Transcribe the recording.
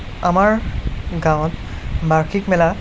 আমাৰ গাঁৱত বাৰ্ষিক মেলা